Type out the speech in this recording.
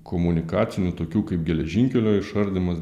komunikacinių tokių kaip geležinkelio išardymas